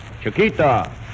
Chiquita